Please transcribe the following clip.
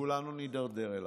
וכולנו נידרדר אליה.